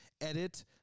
edit